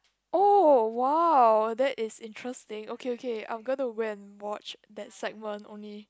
oh !wow! that is interesting okay okay I'm going to went watch that segment only